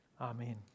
Amen